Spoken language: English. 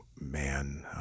man